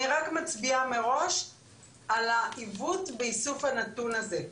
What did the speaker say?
אני רק מצביעה מראש על העיוות באיסוף הנתוון הזה,